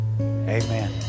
Amen